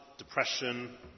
Depression